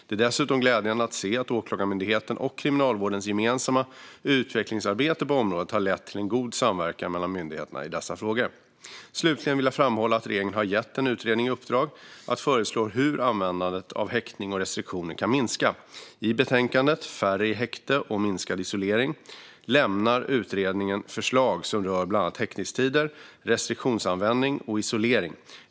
Det är dessutom glädjande att se att Åklagarmyndighetens och Kriminalvårdens gemensamma utvecklingsarbete på området har lett till en god samverkan mellan myndigheterna i dessa frågor. Slutligen vill jag framhålla att regeringen har gett en utredning i uppdrag att föreslå hur användandet av häktning och restriktioner kan minska. I betänkandet Färre i häkte och minskad isolering lämnar utredningen förslag som rör bland annat häktningstider, restriktionsanvändning och isolering.